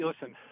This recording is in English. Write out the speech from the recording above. listen